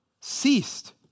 ceased